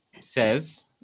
says